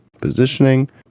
positioning